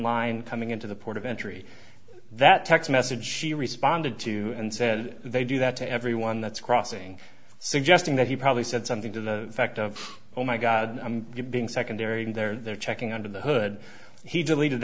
line coming into the port of entry that text message she responded to and said they do that to everyone that's crossing suggesting that he probably said something to the fact of my god i'm being secondary and they're checking under the hood he deleted